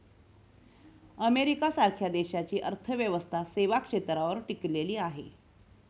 America सारख्या देशाची अर्थव्यवस्था सेवा क्षेत्रावर टिकलेली आहे